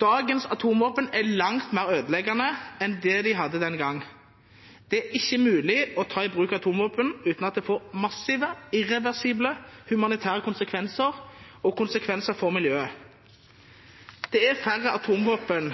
Dagens atomvåpen er langt mer ødeleggende enn dem de hadde den gang. Det er ikke mulig å ta i bruk atomvåpen uten at det får massive og irreversible humanitære konsekvenser og konsekvenser for miljøet. Det er færre atomvåpen